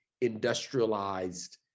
industrialized